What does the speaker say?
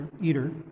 eater